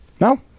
No